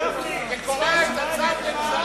וקורע את הצו לגזרים.